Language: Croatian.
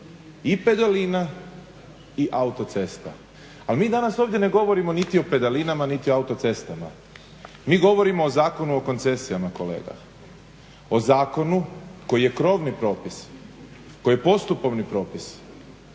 I pedalina i autocesta. Ali mi danas ovdje ne govorimo niti o pedalinama niti o autocestama. Mi govorimo o Zakonu o koncesijama kolega. O Zakonu koji je krovni propis, koji je postupovni propis